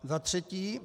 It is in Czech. Za třetí.